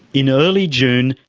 in early june,